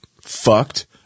fucked